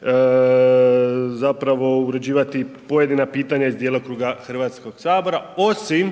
može uređivati pojedina pitanja iz djelokruga Hrvatskog sabora, osim